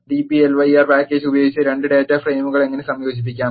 dplyr package ഉപയോഗിച്ച് രണ്ട് data ഫ്രെയിമുകൾ എങ്ങനെ സംയോജിപ്പിക്കാം